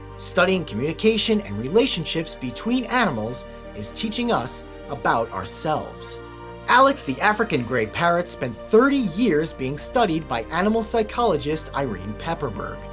studying communication and relationships between animals is teaching us about ourselves alex the african grey parrot spent thirty years being studied by animal psychologist irene pepperberg.